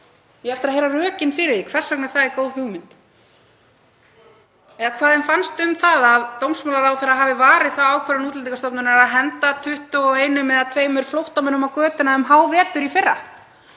Ég á eftir að heyra rökin fyrir því hvers vegna það er góð hugmynd eða hvað þeim fannst um það að dómsmálaráðherra hafi varið þá ákvörðun Útlendingastofnunar að henda 21 eða 22 flóttamönnum á götuna um hávetur í fyrra,